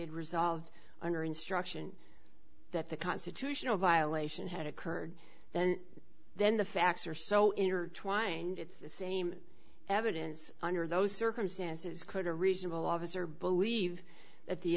resolved under instruction that the constitutional violation had occurred and then the facts are so intertwined it's the same evidence under those circumstances could a reasonable officer believe that the